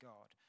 God